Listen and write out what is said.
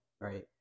right